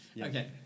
Okay